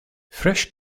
fresh